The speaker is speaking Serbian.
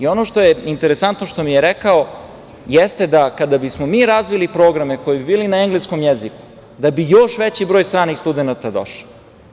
Ono što je interesantno što mi je rekao jeste da kada bismo mi razvili programe koji bi bili na engleskom jeziku, da bi još veći broj stranih studenata došlo.